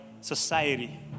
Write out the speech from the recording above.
society